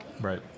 Right